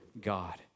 God